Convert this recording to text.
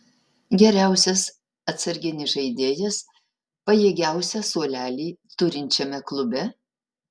geriausias atsarginis žaidėjas pajėgiausią suolelį turinčiame klube